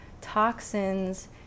toxins